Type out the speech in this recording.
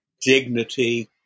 dignity